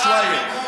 שוואיה.